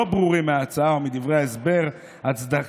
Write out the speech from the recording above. לא ברורים מההצעה או מדברי ההסדר ההצדקה